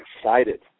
excited